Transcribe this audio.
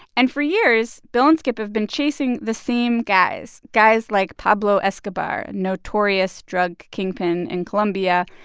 and for years, bill and skip have been chasing the same guys, guys like pablo escobar, notorious drug kingpin in colombia,